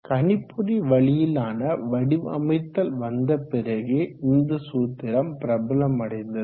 கணிப்பொறி வழியிலான வடிவமைத்தல் வந்த பிறகே இந்த சூத்திரம் பிரபலமடைந்தது